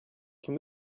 can